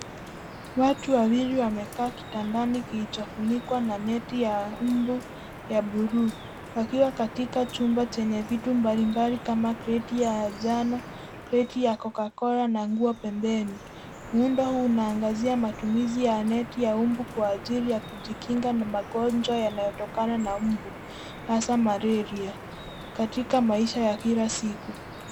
Watu wawili wamekaa kitandani kilichofunikwa na neti ya mbu ya buluu, wakiwa katika chumba chenye vitu mbalimbali kama kreti ya njano, kreti ya cocacola na nguo pembeni. Muundo huu unaangazia matumizi ya neti ya mbu kwa ajili ya kujikinga na magonjwa yanayotokana na mbu, hasa malaria katika maisha ya kila siku.